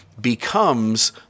becomes